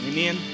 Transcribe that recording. Amen